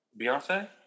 Beyonce